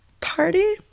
party